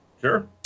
Sure